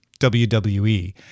WWE